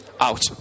out